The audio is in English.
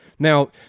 Now